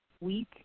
week